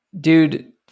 dude